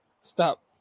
Stop